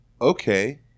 okay